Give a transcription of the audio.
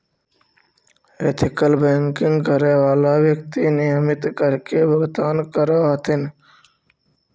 ethical banking करे वाला व्यक्ति नियमित कर के भुगतान करऽ हथिन